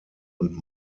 und